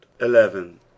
eleven